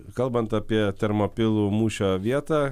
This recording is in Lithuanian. kalbant apie termopilų mūšio vietą